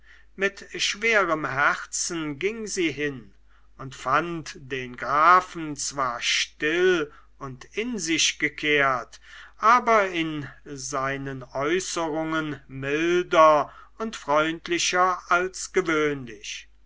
mit schwerem herzen ging sie hin und fand den grafen zwar still und in sich gekehrt aber in seinen äußerungen milder und freundlicher als gewöhnlich